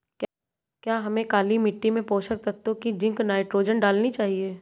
क्या हमें काली मिट्टी में पोषक तत्व की जिंक नाइट्रोजन डालनी चाहिए?